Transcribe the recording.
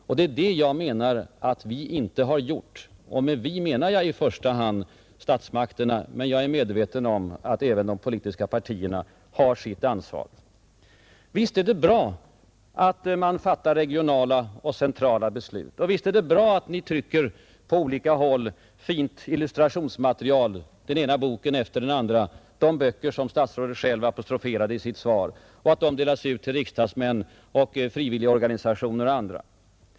Och det är det som jag menar att vi inte har gjort. Med ”vi” menar jag då i första hand statsmakterna, men jag är medveten om att även de politiska oppositionspartierna där har ett ansvar. Visst är det bra att man fattar regionala och centrala beslut och att vi på olika håll trycker fint illustrationsmaterial och ger ut den ena boken efter den andra. Statsrådet apostroferade själv dessa böcker i sitt svar. Och visst är det bra att det materialet delas ut till riksdagsmän, frivilligorganisationer och andra.